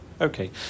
Okay